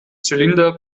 zylinder